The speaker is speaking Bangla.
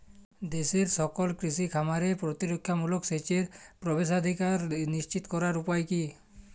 দেশের সকল কৃষি খামারে প্রতিরক্ষামূলক সেচের প্রবেশাধিকার নিশ্চিত করার উপায় কি?